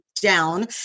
Down